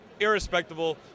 irrespectable